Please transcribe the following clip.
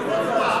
בעד,